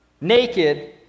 naked